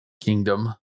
Kingdom